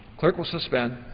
clerk will suspend.